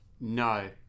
No